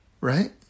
right